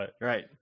right